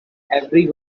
every